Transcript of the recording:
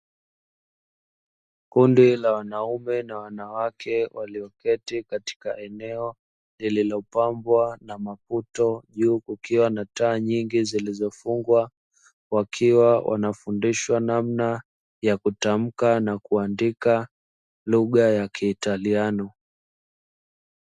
Kundi la wanawake na wanaume walioketi katika eneo lililopambwa na maputo, juu kukiwa na taa nyingi zilizofungwa wakiwa wanafundishwa namna ya kutamka na kuandika lugha ya kiitaliano.